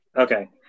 okay